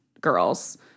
girls